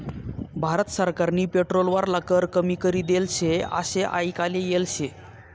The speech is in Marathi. भारत सरकारनी पेट्रोल वरला कर कमी करी देल शे आशे आयकाले येल शे